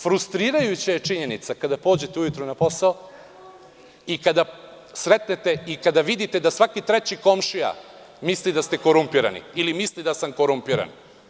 Frustrirajuća je činjenica kada pođete ujutru na posao i kada sretnete i vidite da svaki treći komšija misli da ste korumpirani ili misli da sam korumpiran.